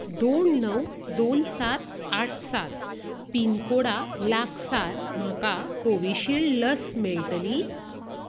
दोन णव दोन सात आठ सात पीन कोडा लागसार म्हाका कोविशिल्ड लस मेळटली